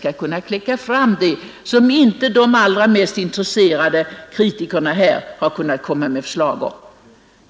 ” Det tror man fastän inte ens de allra mest intresserade kritikerna här kunnat komma på något.